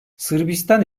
sırbistan